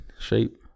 shape